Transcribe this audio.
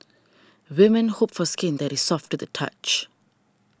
women hope for skin that is soft to the touch